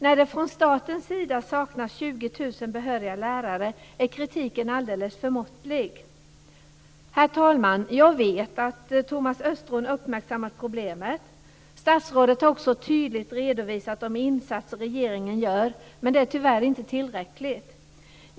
När det från statens sida saknas 20 000 behöriga lärare, är kritiken alldeles för måttlig. Herr talman! Jag vet att Thomas Östros uppmärksammat problemet. Statsrådet har också tydligt redovisat de insatser regeringen gör, men det är tyvärr inte tillräckligt.